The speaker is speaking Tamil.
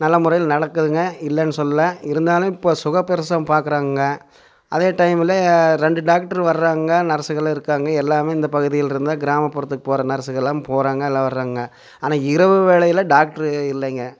நல்ல முறையில நடக்குதுங்க இல்லைன்னு சொல்லல இருந்தாலும் இப்போ சுகப்பிரசவம் பார்க்குறாங்கங்க அதே டைமில் ரெண்டு டாக்டர் வராங்க நர்ஸுகளும் இருக்காங்க எல்லாமே இந்த பகுதியிலிருந்து தான் கிராமப்புறத்துக்கு போகிற நர்ஸுங்கலாம் போகிறாங்க எல்லாம் வராங்கங்க ஆனால் இரவு வேலையில டாக்டர் இல்லைங்க